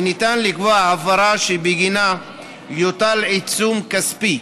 וניתן לקבוע הפרה שבגינה יוטל עיצום כספי.